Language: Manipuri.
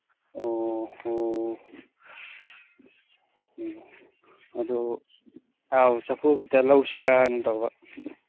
ꯑꯣ ꯑꯣ ꯑꯗꯨ ꯑꯧ ꯆꯐꯨ ꯈꯤꯇꯪ ꯂꯧꯁꯤꯔꯥꯅ ꯇꯧꯕ